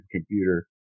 computer